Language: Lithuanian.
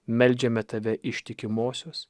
meldžiame tave ištikimosios